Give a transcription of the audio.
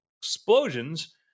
explosions